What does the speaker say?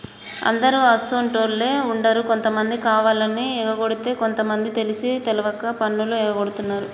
అందరు అసోంటోళ్ళు ఉండరు కొంతమంది కావాలని ఎగకొడితే కొంత మంది తెలిసి తెలవక పన్నులు ఎగగొడుతున్నారు